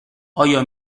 آیا